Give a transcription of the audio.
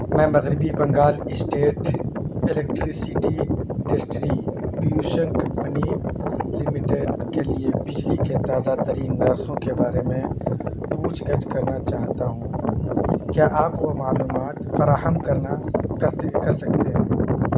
میں مغربی Bengal state electricity distribution company limited کے لیے بجلی کے تازہ ترین نرخوں کے بارے میں پوچھ گچھ کرنا چاہتا ہوں کیا آپ وہ معلومات فراہم کرنا کرتے کر سکتے ہیں